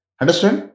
understand